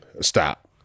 Stop